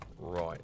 Right